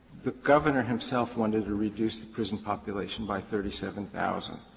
the governor himself wanted to reduce the prison population by thirty seven thousand.